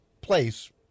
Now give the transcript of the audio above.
place